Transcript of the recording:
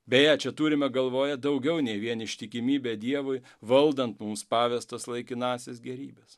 beje čia turime galvoje daugiau nei vien ištikimybę dievui valdant mums pavestas laikinąsias gėrybes